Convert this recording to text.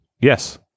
Yes